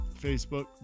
Facebook